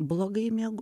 blogai miegu